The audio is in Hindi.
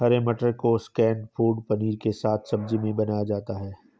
हरे मटर को स्नैक फ़ूड पनीर के साथ सब्जी में बनाया जाता है